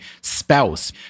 spouse